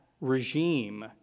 regime